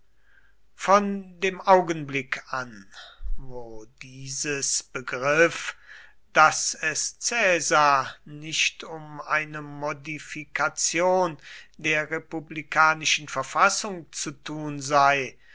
von dem augenblick an wo dieses begriff daß es caesar nicht um eine modifikation der republikanischen verfassung zu tun sei